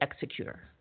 executor